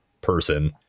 person